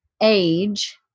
age